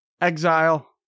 Exile